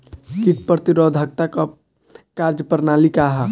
कीट प्रतिरोधकता क कार्य प्रणाली का ह?